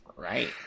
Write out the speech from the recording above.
right